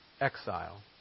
exile